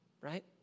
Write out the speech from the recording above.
Right